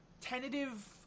tentative